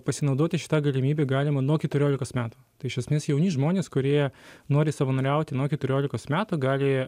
pasinaudoti šita galimybe galima nuo keturiolikos metų tai iš esmės jauni žmonės kurie nori savanoriauti nuo keturiolikos metų gali